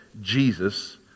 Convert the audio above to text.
Jesus